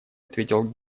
ответил